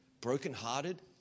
brokenhearted